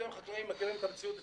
אתם החקלאים מכירים את המציאות אצלכם,